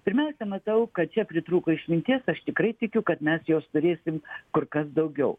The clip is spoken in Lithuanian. pirmiausia matau kad čia pritrūko išminties aš tikrai tikiu kad mes jos turėsim kur kas daugiau